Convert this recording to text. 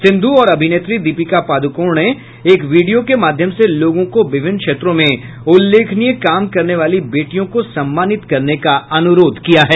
सिंधु और अभिनेत्री दीपिका पाड़कोण ने एक वीडियो के माध्यम से लोगों को विभिन्न क्षेत्रों में उल्लेखनीय काम करने वाली बेटियों को सम्मानित करने का अनुरोध किया है